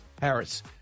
Harris